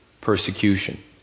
persecution